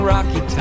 Rocky